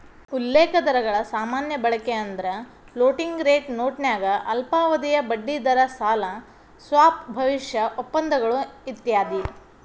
ಉಲ್ಲೇಖ ದರಗಳ ಸಾಮಾನ್ಯ ಬಳಕೆಯೆಂದ್ರ ಫ್ಲೋಟಿಂಗ್ ರೇಟ್ ನೋಟನ್ಯಾಗ ಅಲ್ಪಾವಧಿಯ ಬಡ್ಡಿದರ ಸಾಲ ಸ್ವಾಪ್ ಭವಿಷ್ಯದ ಒಪ್ಪಂದಗಳು ಇತ್ಯಾದಿ